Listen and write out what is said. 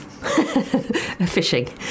Fishing